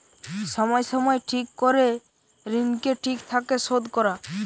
সময় সময় ঠিক করে ঋণকে ঠিক থাকে শোধ করা